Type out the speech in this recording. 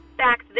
back